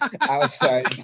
outside